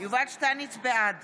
בעד